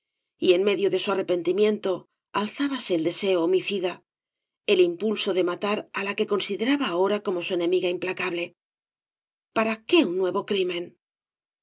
y en medio de su arrepentimiento alzábase el deseo homicida el impulso de matar á la que consideraba ahora como su enemi ga implacable para qué un nuevo crimen